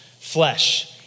flesh